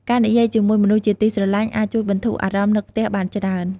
ការនិយាយជាមួយមនុស្សជាទីស្រឡាញ់អាចជួយបន្ធូរអារម្មណ៍នឹកផ្ទះបានច្រើន។